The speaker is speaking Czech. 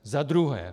Za druhé.